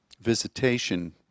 visitation